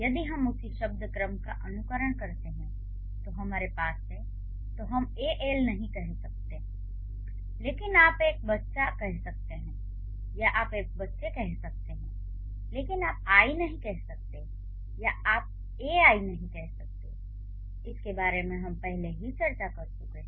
यदि हम उसी शब्द क्रम का अनुसरण करते हैं जो हमारे पास है तो हम ए आइ नहीं कह सकते हैं लेकिन आप एक बच्चा कह सकते हैं या आप बच्चे कह सकते हैं लेकिन आप आइ नहीं कह सकते या आप ए आइ नहीं कह सकते इसके बारे में हम पहले ही चर्चा कर चुके हैं